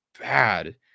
bad